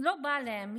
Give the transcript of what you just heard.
לא בא להם.